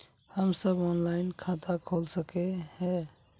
हम सब ऑनलाइन खाता खोल सके है?